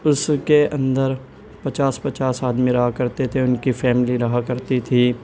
اس کے اندر پچاس پچاس آدمی رہا کرتے تھے ان کی فیملی رہا کرتی تھی